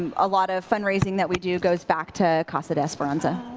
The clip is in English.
and a lot of fundraising that we do goe back to casa deesperanza.